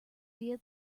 via